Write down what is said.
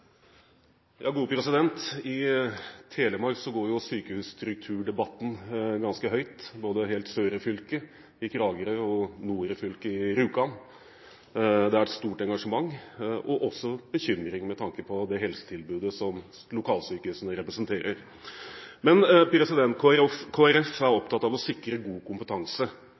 I Telemark går sykehusstrukturdebatten ganske høyt, både helt sør i fylket, i Kragerø, og nord i fylket, i Rjukan. Det har vært et stort engasjement og også bekymring med tanke på det helsetilbudet som lokalsykehusene representerer. Men Kristelig Folkeparti er opptatt av å sikre god kompetanse i det ytterste leddet. Spesielt vil dette gjelde tilstrekkelig bemanning og kompetanse